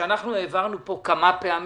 שהעברנו פה כמה פעמים?